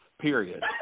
period